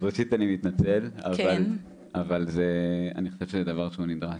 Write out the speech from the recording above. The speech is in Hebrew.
ראשית אני מתנצל, אבל אני חושב שזה דבר שהוא נדרש,